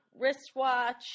wristwatch